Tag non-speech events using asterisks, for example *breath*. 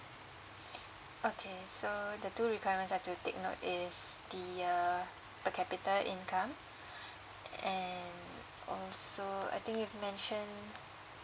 *breath* okay so the two requirements have to take note is the uh per capital income and also I think you've mentioned